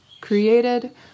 created